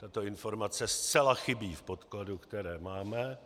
Tato informace zcela chybí v podkladu, který máme,